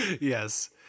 Yes